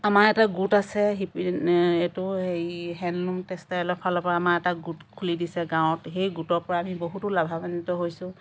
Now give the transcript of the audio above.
আমাৰ এটা গোট আছে এইটো হেৰি হেণ্ডলুম টেক্সটাইলৰ ফালৰ পৰা আমাৰ এটা গোট খুলী দিছে গাঁৱত সেই গোটৰ পৰা আমি বহুতো লাভাবান্বিত হৈছোঁ